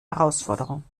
herausforderung